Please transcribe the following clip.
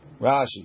Rashi